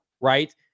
Right